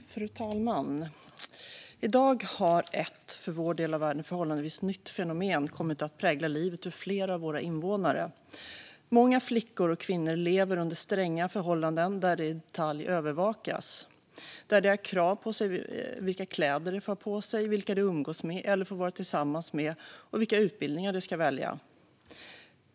Fru talman! I dag har ett för vår del av världen förhållandevis nytt fenomen kommit att prägla livet för flera av våra invånare. Många flickor och kvinnor lever under stränga förhållanden där de i detalj övervakas. De har krav på vilka kläder de får ha på sig, vilka de umgås med eller får vara tillsammans med och vilka utbildningar de ska välja.